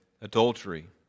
adultery